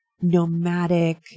nomadic